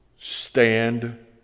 Stand